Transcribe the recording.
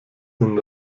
den